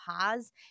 pause